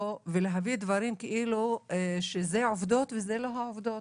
ולהביא דברים כאילו שזה עובדות וזה לא העובדות.